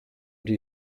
die